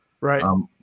Right